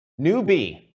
newbie